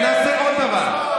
ונעשה עוד דבר,